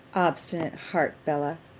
obstinate heart, bella!